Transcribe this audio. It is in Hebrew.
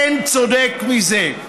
אין צודק מזה.